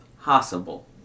possible